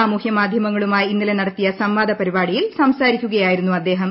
സാമൂഹൃമാധൃമങ്ങളുമായി ഇന്നലെ നടത്തിയ സംവാദപരിപാടിയിൽ സംസാരിക്കുകയായിരുന്നു അദ്ദേഹം